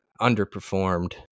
underperformed